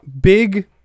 big